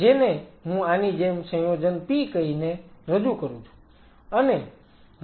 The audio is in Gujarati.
જેને હું આની જેમ સંયોજન P કહીને રજૂ કરું છું